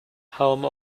home